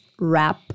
wrap